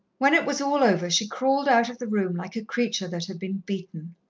when it was all over, she crawled out of the room like a creature that had been beaten.